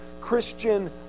Christian